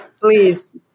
please